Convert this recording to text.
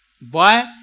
boy